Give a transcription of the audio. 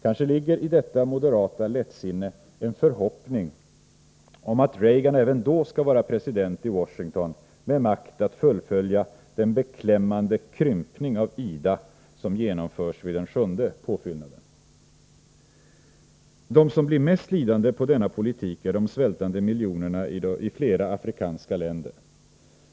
Kanske ligger i detta moderata lättsinne en förhoppning om att Reagan även då skall vara president i Washington med makt att fullfölja den beklämmande krympning av IDA som genomförs vid den sjunde påfyllnaden. De som blir mest lidande på denna politik är de svältande miljonerna i flera afrikanska länder.